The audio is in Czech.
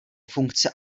funkci